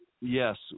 Yes